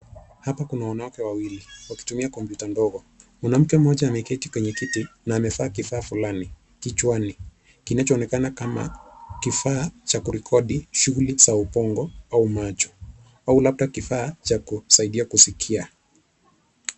Hapa kuna wanawake wawili wakitumia kompyuta ndogo. Mwanamke mmoja ameketi kwenye kiti na amevaa kifaa fulani kichwani, kinachoonekana kama kifaa cha kurekodi shughuli za ubongo au macho , au labda kifaa cha kusaidia kusikia.